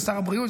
זה שר הבריאות.